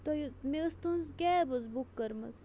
تُہۍ مےٚ ٲس تٕہٕنٛز کیب حظ بُک کٔرمٕژ